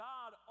God